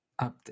Update